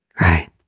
Right